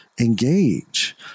engage